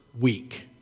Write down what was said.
week